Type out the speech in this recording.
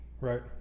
right